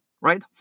right